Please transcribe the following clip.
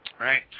Right